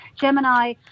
Gemini